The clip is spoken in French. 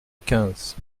quinze